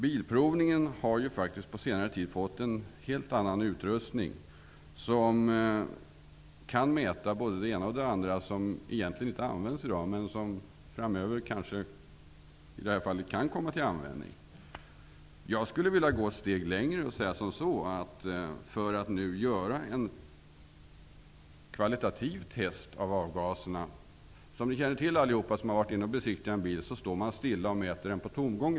Bilprovningen har på senare tid fått en helt ny utrustning, som kan mäta både det ena och det andra, som egentligen inte används i dag men som framöver kan komma till användning. Jag skulle vilja gå ett steg längre. Ni som har besiktigat en bil känner till att avgaserna mäts när bilen står stilla och går på tomgång.